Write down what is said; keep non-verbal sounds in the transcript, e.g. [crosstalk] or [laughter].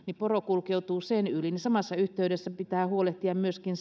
poro kulkeutuu sen yli joten samassa yhteydessä pitää huolehtia myöskin [unintelligible]